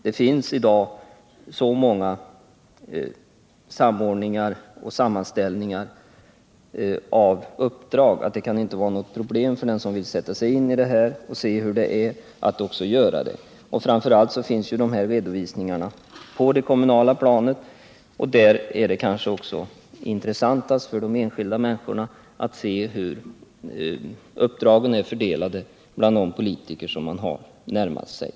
Det finns nämligen i dag så stor samordning och så många sammanställningar av uppdrag att det inte uppstår något sådant problem för den som vill sätta sig in i saken att också göra det. Framför allt finns ju redovisningarna på det kommunala planet. Där är det kanske också mest intressant för de enskilda människorna att se hur uppdragen är fördelade bland de politiker som de har närmast sig.